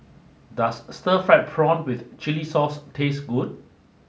does Stir Fried Prawn with Chili Sauce taste good